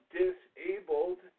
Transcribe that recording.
disabled